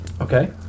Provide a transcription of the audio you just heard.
Okay